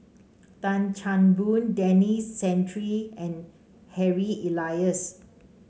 Tan Chan Boon Denis Santry and Harry Elias